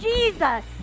Jesus